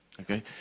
okay